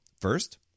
first